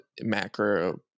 macro